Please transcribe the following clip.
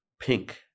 pink